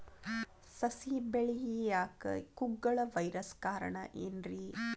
ಸಸಿ ಬೆಳೆಯಾಕ ಕುಗ್ಗಳ ವೈರಸ್ ಕಾರಣ ಏನ್ರಿ?